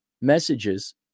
messages